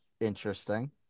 interesting